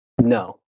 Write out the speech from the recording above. No